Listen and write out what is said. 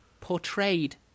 portrayed